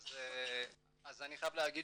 אני חייב להגיד